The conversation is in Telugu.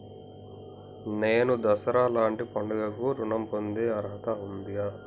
నేను దసరా లాంటి పండుగ కు ఋణం పొందే అర్హత ఉందా?